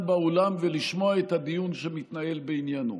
באולם ולשמוע את הדיון שמתנהל בעניינו.